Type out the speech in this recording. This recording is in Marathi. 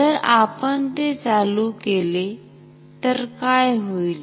जर आपण ते चालू केले तर काय होईल